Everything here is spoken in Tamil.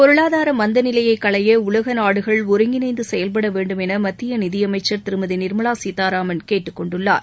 பொருளாதார மந்த நிலையை களைய உலக நாடுகள் ஒருங்கிணைந்து செயல்படவேண்டும் என நிதியமைச்சர் திருமதி நிர்மலா சீதாராமன் கேட்டுக்கொண்டுள்ளார்